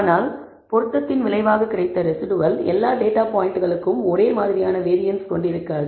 ஆனால் பொருத்தத்தின் விளைவாக கிடைத்த ரெஸிடுவல் எல்லா டேட்டா பாயிண்ட்களுக்கும் ஒரே மாதிரியான வேரியன்ஸ் கொண்டிருக்காது